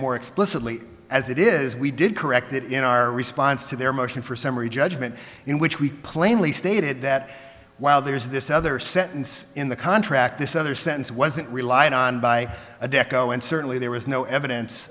more explicitly as it is we did correct that in our response to their motion for summary judgment in which we plainly stated that while there's this other sentence in the contract this other sentence wasn't reliant on by adecco and certainly there was no evidence